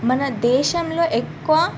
మన దేశంలో ఎక్కువ